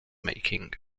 making